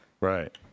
Right